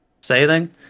Sailing